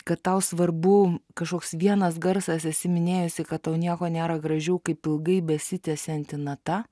kad tau svarbu kažkoks vienas garsas esi minėjusi kad tau nieko nėra gražiau kaip ilgai besitęsianti nata